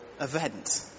event